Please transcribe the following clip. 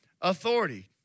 authority